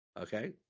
okay